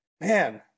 man